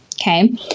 okay